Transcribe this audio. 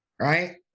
right